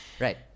Right